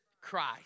Christ